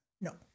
No